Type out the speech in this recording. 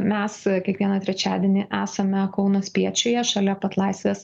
mes kiekvieną trečiadienį esame kauno spiečiuje šalia pat laisvės